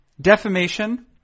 defamation